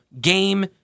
game